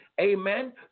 Amen